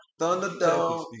Thunderdome